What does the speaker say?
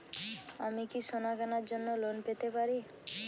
আমি কি সোনা কেনার জন্য লোন পেতে পারি?